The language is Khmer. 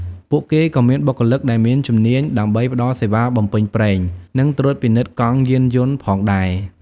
ពួកគេក៏មានបុគ្គលិកដែលមានជំនាញដើម្បីផ្តល់សេវាបំពេញប្រេងនិងត្រួតពិនិត្យកង់យានយន្តផងដែរ។